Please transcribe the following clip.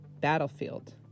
Battlefield